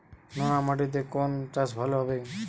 নোনা মাটিতে কোন চাষ ভালো হবে?